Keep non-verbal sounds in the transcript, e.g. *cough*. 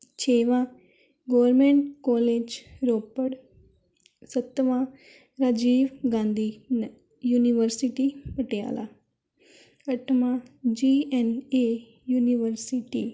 ਛੇਵਾਂ government college Ropar ਸੱਤਵਾਂ Rajiv Gandhi *unintelligible* university Patiala ਅੱਠਵਾਂ ਜੀ ਐਨ ਏ ਯੂਨੀਵਰਸਿਟੀ